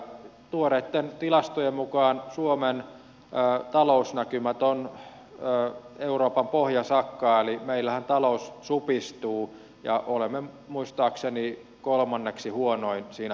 tuoreitten tilastojen mukaan suomen talousnäkymät ovat euroopan pohjasakkaa eli meillähän talous supistuu ja olemme muistaakseni kolmanneksi huonoin siinä vertailussa